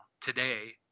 today